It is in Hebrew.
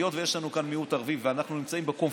היות שיש לנו כאן מיעוט ערבי ואנחנו נמצאים איתם בקונפליקט,